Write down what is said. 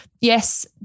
Yes